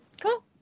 Cool